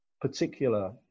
particular